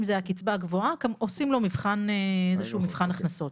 אם זה הקצבה הגבוהה עושים לו איזה שהוא מבחן הכנסות.